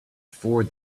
four